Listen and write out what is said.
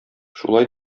шулай